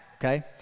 Okay